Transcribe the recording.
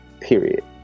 period